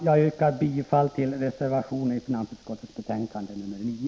Jag yrkar bifall till reservationen vid finansutskottets betänkande nr 9.